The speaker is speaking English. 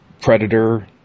Predator